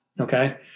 okay